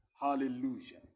Hallelujah